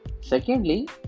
Secondly